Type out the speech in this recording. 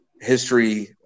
history